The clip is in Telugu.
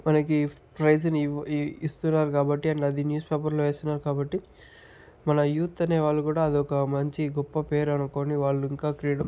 మనకి ప్రైజ్ని ఇస్తున్నారు కాబట్టి అండ్ అది న్యూస్ పేపర్లో వేస్తున్నారు కాబట్టి మన యూత్ అనే వాళ్ళు కూడా అది ఒక మంచి గొప్ప పేరు అనుకొని వాళ్ళు ఇంకా క్రీడ